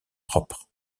propres